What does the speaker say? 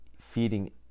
feeding